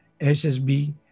SSB